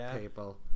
people